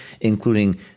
including